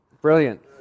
Brilliant